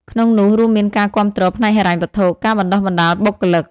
ក្នុងនោះ រួមមានការគាំទ្រផ្នែកហិរញ្ញវត្ថុ ការបណ្តុះបណ្តាលបុគ្គលិក។